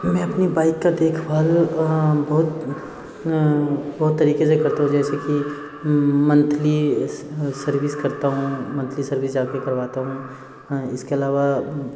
मैंने अपनी बाइक की देखभाल बहुत तरीक़े से करते हो जैसे कि मंथली सर्विस करता हूँ मंथली सर्विस जा कर करवाता हूँ इसके अलावा